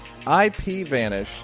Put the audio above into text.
ipvanish